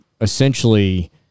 essentially